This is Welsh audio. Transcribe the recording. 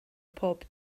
pob